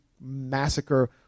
massacre